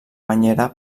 banyera